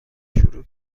شروع